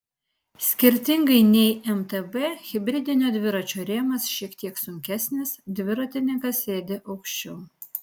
skirtingai nei mtb hibridinio dviračio rėmas šiek tiek sunkesnis dviratininkas sėdi aukščiau